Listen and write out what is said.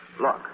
Look